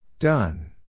Done